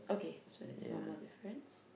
okay so that's one more difference